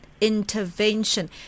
intervention